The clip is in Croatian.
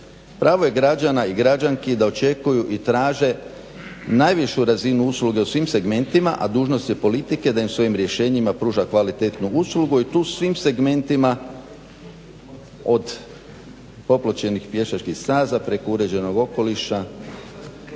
Pravo je građana i građanki da očekuju i traže najvišu razinu usluge u svim segmentima, a dužnost je politike da im svojim rješenjima pruža kvalitetnu uslugu i to u svim segmentima od popločenih pješačkih staza preko uređenog okoliša,